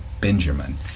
Benjamin